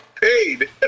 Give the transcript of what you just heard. paid